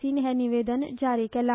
सीन हे निवेदन जारी केला